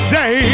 day